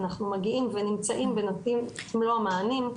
אנחנו מגיעים ונמצאים ונותנים את מלוא המענים.